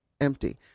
empty